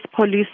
police